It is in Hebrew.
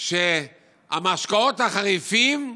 שהמשקאות החריפים,